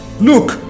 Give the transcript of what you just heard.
Look